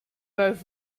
both